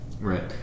right